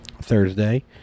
Thursday